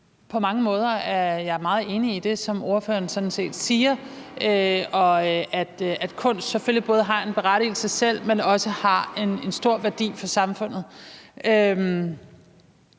På mange måder er jeg meget enig i det, som ordføreren sådan set siger om, at kunst selvfølgelig både har en berettigelse i selv, men også har en stor værdi for samfundet.